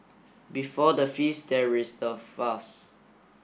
before the feast there is the fast